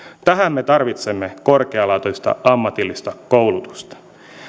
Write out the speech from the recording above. tähän me tarvitsemme korkealaatuista ammatillista koulutusta